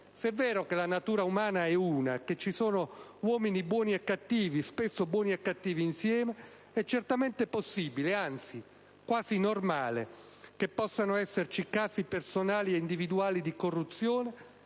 Se è vero che la natura umana è una, che ci sono uomini buoni e cattivi, e spesso buoni e cattivi insieme, è certamente possibile, e anzi quasi normale, che possano esserci casi personali e individuali di corruzione